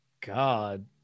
god